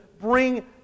bring